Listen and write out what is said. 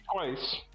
twice